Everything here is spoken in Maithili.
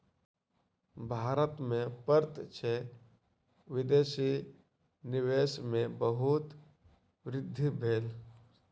भारत में प्रत्यक्ष विदेशी निवेश में बहुत वृद्धि भेल